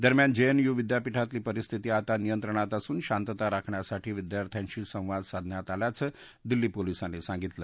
दरम्यान जेएनयू विद्यपीठातली परिस्थिती आता नियंत्रणात असून शांतता राखण्यासाठी विद्यार्थ्यांशी संवाद साधण्यात आल्याचं दिल्ली पोलिसांनी सांगितलं